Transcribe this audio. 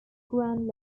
grand